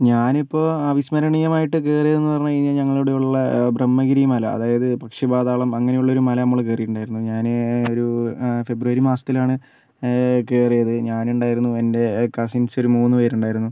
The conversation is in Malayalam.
ഞാനിപ്പോൾ അവിസ്മരണീയമായിട്ട് കയറിയത് എന്ന് പറഞ്ഞു കഴിഞ്ഞാൽ ഞങ്ങളുടെ ഇവിടെയുള്ള ബ്രഹ്മഗിരി മല അതായത് പക്ഷിപാതാളം അങ്ങനെയുള്ളൊരു മല നമ്മള് കയറിയിട്ടുണ്ടായിരുന്നു ഞാന് ഒരു ഫെബ്രുവരി മാസത്തിലാണ് കയറിയത് ഞാനുണ്ടായിരുന്നു എൻ്റെ കസിൻസ് ഒരു മൂന്ന് പേരുണ്ടായിരുന്നു